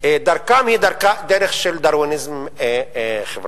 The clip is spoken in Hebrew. דרכם היא דרך של דרוויניזם חברתי.